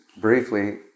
Briefly